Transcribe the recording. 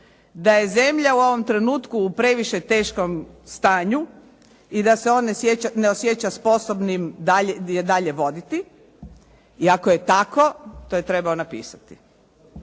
da je zemlja u ovom trenutku u previše teškom stanju i da se on ne osjeća sposobnim je dalje voditi i ako je tako, to je trebao napisati.